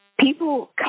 People